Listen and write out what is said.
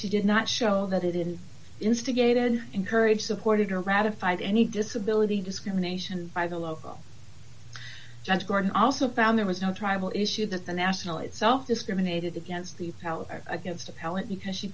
she did not show that it is instigated encouraged supported or ratified any disability discrimination by the local judge gordon also found there was no tribal issue that the national itself discriminated against the power against appellant because she